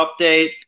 update